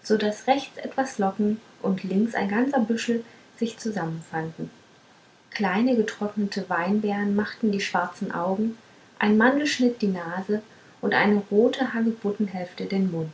so daß rechts etwas locken und links ein ganzer büschel sich zusammenfanden kleine getrocknete weinbeeren machten die schwarzen augen ein mantelschnitt die nase und eine rote hagebuttenhälfte den mund